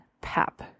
pap